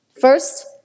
First